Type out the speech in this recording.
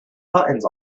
buttons